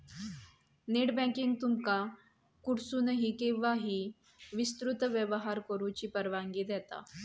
net banking तुमका कुठसूनही, केव्हाही विस्तृत व्यवहार करुची परवानगी देता